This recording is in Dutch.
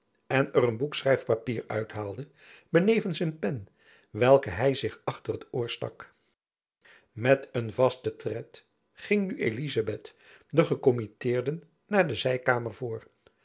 en er een boek schrijfpapier uit haalde benevens een pen welke hy zich achter het oor stak met een vasten tred ging nu elizabeth den gekommitteerden naar de zijkamer voor